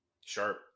Sharp